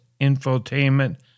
infotainment